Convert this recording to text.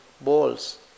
Balls